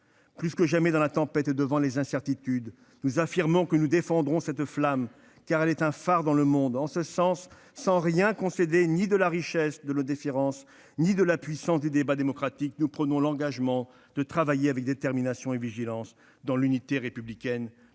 Plus que jamais, dans la tempête et devant les incertitudes, nous affirmons que nous défendrons cette flamme, car elle est un phare dans le monde. En ce sens, sans rien concéder ni de la richesse de nos différences ni de la puissance du débat démocratique, nous prenons l'engagement de travailler avec détermination et vigilance dans l'unité républicaine